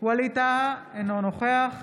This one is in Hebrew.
ווליד טאהא, אינו נוכח